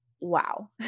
wow